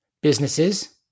businesses